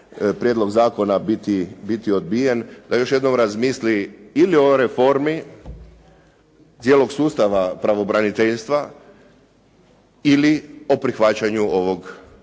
prijedlog zakona biti odbijen, da još jednom razmisli ili o reformi cijelog sustava pravobraniteljstva ili o prihvaćanju ovog prijedloga